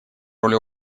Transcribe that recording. роль